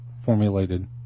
formulated